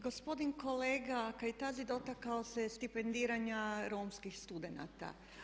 Gospodin kolega Kajtazi dotakao se stipendiranja romskih studenata.